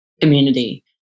community